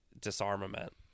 disarmament